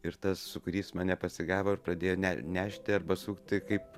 ir tas su kuriais mane pasigavo ir pradėjo ne nešti arba sukti kaip